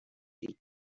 down